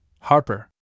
Harper